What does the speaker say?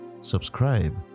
subscribe